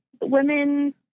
women